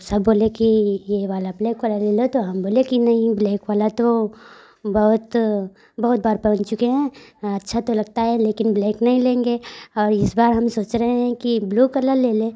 सब बोले कि ये वाला ब्लैक वाला ले लो तो हम बोले कि नहीं ब्लैक वाला तो बहुत बहुत बार पहन चुके हैं अच्छा तो लगता है लेकिन ब्लैक नहीं लेंगे और इस बार हम सोच रहे हैं कि ब्लू कलर ले लें